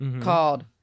called